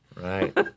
Right